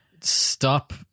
stop